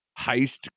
heist